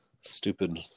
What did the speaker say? stupid